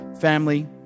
family